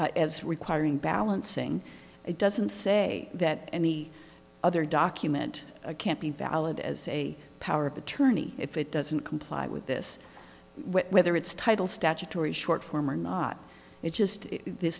to as requiring balancing it doesn't say that any other document can't be valid as a power of attorney if it doesn't comply with this whether it's title statutory short form or not it's just this